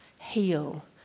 heal